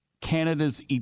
canada's